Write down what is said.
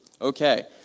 Okay